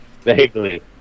Vaguely